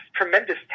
tremendous